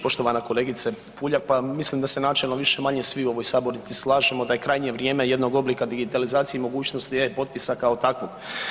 Poštovana kolegice Puljak, pa mislim da se načelno više-manje svi u ovoj sabornici slažemo da je krajnje vrijeme jednog oblika digitalizacije i mogućnost e-potpisa kao takvog.